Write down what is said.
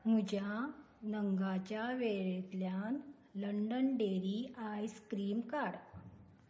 म्हज्या नंगांच्या वेळेरेंतल्यान लंडन डेरी आयस क्रीम काड